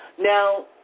Now